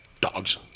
Dogs